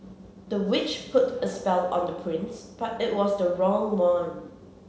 the witch put a spell on the prince but it was the wrong one